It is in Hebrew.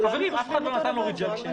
אף אחד לא נתן לו סירוב,